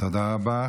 תודה רבה.